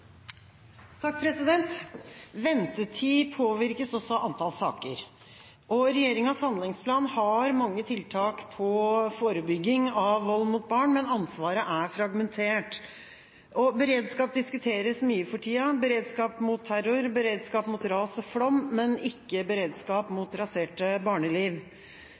regjeringas handlingsplan har mange tiltak for å forebygge vold mot barn, men ansvaret er fragmentert. Beredskap diskuteres mye for tida – beredskap mot terror, beredskap mot ras og flom, men ikke beredskap mot raserte barneliv.